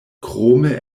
krome